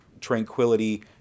tranquility